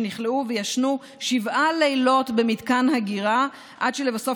שנכלאו וישנו שבעה לילות במתקן הגירה עד שלבסוף